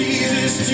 Jesus